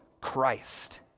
Christ